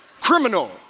criminal